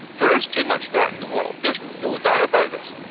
there is too much debt in the world, there's no doubt about this.